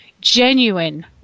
genuine